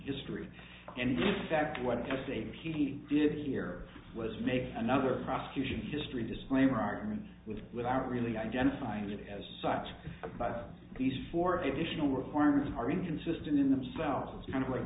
history and in fact what i say he did here was make another prosecution history disclaimer argument with without really identifying it as such by these for additional requirements are inconsistent in themselves kind of like